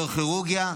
נוירוכירורגיה,